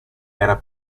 era